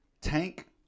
Tank